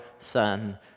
Son